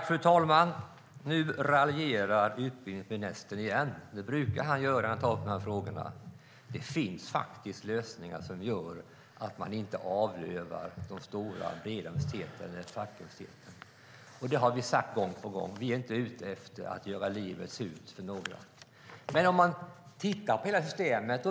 Fru talman! Nu raljerar utbildningsministern igen. Det brukar han göra när han tar upp de här frågorna. Men det finns faktiskt lösningar som gör att man inte avlövar de stora breda universiteten och fackuniversiteten. Det har vi sagt gång på gång. Vi är inte ute efter att göra livet surt för några. Vi tittar på hela systemet.